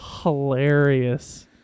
Hilarious